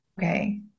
Okay